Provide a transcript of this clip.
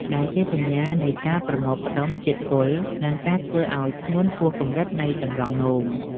ដែលជាសញ្ញានៃការប្រមូលផ្តុំជាតិពុល និងការធ្វើការធ្ងន់ហួសកម្រិតនៃតម្រងនោម។